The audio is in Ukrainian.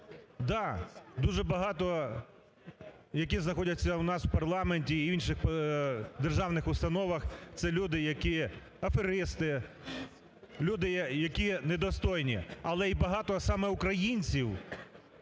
Да, дуже багато, які знаходяться у нас в парламенті і інших державних установах, це люди, які аферисти, люди, які недостойні, але й багато саме українців